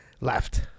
left